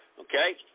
Okay